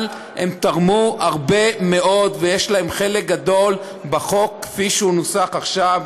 אבל הם תרמו הרבה מאוד ויש להם חלק גדול בחוק כפי שהוא נוסח עכשיו,